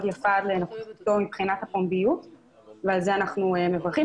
יפה מבחינת הפומביות ועל זה אנחנו מברכים.